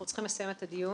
אנחנו צריכים לסיים את הדיון.